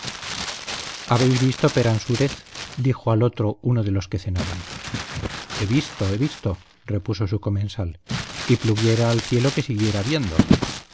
habéis visto peransúrez dijo al otro uno de los que cenaban he visto he visto repuso su comensal y pluguiera al cielo que siguiera viendo